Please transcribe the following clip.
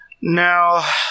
Now